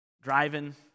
driving